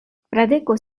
fradeko